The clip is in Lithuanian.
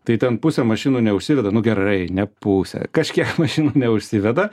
tai ten pusė mašinų neužsiveda nu gerai ne pusė kažkiek mašinų neužsiveda